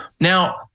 now